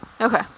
Okay